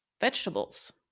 vegetables